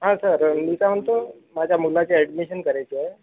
हा सर मी काय म्हणतो माझ्या मुलाचे ॲडमिशन करायची आहे